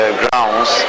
grounds